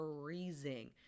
freezing